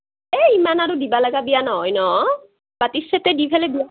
ইমান আৰু দিবা লাগা বিয়া নহয় ন বাতিৰ চেটেই দি ফেলে বিয়া খাই